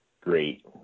great